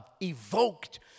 evoked